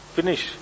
Finish